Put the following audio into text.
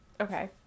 Okay